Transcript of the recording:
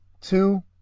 Two